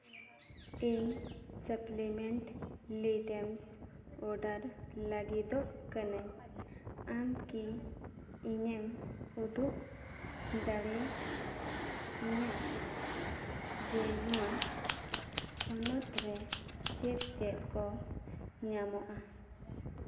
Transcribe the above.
ᱤᱧ supplement items order ᱞᱟᱹᱜᱤᱫᱚᱜ ᱠᱟᱹᱱᱟᱹᱧ ᱟᱢ ᱠᱤ ᱤᱧᱮᱢ ᱩᱫᱩᱜ ᱫᱟᱲᱮᱭᱟᱹᱧᱟ ᱡᱮ ᱱᱚᱣᱟ ᱛᱷᱚᱱᱚᱛ ᱨᱮ ᱪᱮᱫ ᱪᱮᱫ ᱠᱚ ᱧᱟᱢᱚᱜᱼᱟ